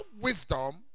wisdom